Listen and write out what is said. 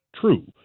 true